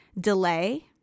delay